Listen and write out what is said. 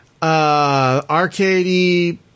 Arcade